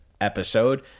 episode